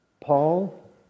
Paul